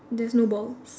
there's no balls